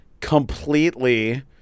completely